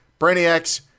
Brainiacs